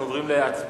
אנחנו עוברים להצבעה.